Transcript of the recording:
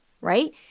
right